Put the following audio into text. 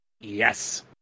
yes